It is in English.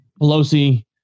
Pelosi